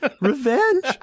Revenge